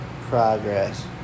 progress